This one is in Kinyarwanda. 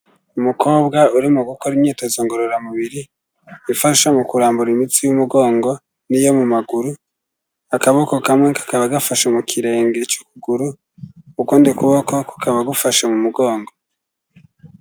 Umukobwa urimo gukora imyitozo ngororamubiri, ifasha mu kurambura imitsi y'umugongo n'iyo mu maguru. Akaboko kamwe kakaba gafasha mu kirenge cy'ukuguru, ukundi kuboko kukaba gufashe mu mugongo.